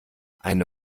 eine